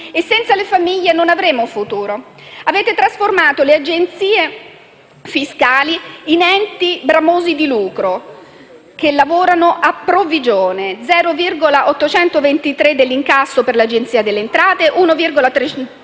e senza le famiglie non avremo un futuro. Avete trasformato le agenzie fiscali in enti bramosi di lucro che lavorano a provvigione (0,823 per cento dell'incasso per l'Agenzia delle entrate e 1,338